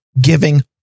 giving